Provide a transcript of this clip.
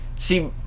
See